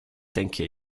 denke